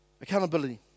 Accountability